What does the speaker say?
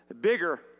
bigger